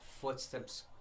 footsteps